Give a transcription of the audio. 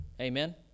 Amen